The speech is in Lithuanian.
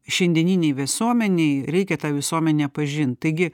šiandieninėj visuomenėj reikia tą visuomenę pažint taigi